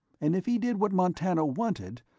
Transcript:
and if he did what montano wanted,